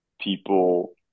people